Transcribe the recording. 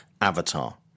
avatar